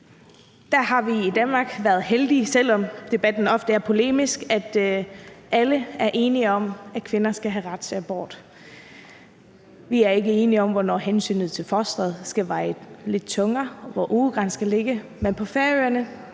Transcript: Vi har i Danmark været så heldige, selv om debatten ofte er polemisk, at alle er enige om, at kvinder skal have ret til abort. Vi er ikke enige om, hvornår hensynet til fosteret skal veje lidt tungere, og hvor ugegrænsen skal ligge, men på Færøerne